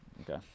Okay